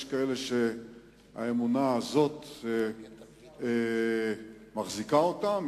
יש כאלה שהאמונה הזאת מחזיקה אותם,